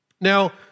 Now